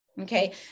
Okay